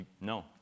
no